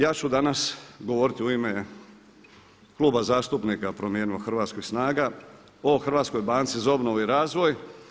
Ja ću danas govoriti u ime Kluba zastupnika „Promijenimo Hrvatsku“ i „SNAGA“ o Hrvatskoj banci za obnovu i razvoj.